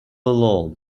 alone